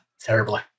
terribly